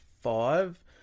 five